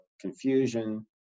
confusion